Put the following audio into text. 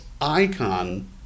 icon